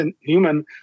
human